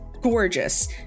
gorgeous